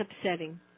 upsetting